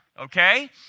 okay